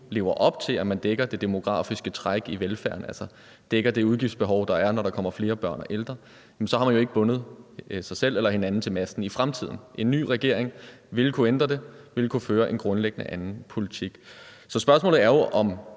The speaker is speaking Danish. lever op til, at man dækker det demografiske træk i velfærden, altså dækker det udgiftsbehov, der er, når der kommer flere børn og ældre, så har man jo ikke bundet sig selv eller hinanden til masten i fremtiden. En ny regering vil kunne ændre det og vil kunne føre en grundlæggende anden politik. Så spørgsmålet er jo, om